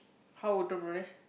how